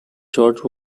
george